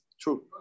true